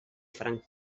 franc